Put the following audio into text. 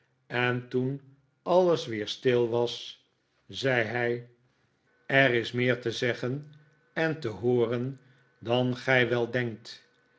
en toen alles weer stil was zei hij er is meer te zeggen en te hooren dan gij wel denkt